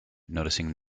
noticing